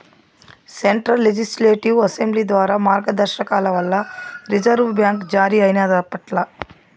central legislative assembly ద్వారా మార్గదర్శకాల వల్ల రిజర్వు బ్యాంక్ జారీ అయినాదప్పట్ల